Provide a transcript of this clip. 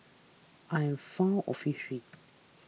I'm fond of history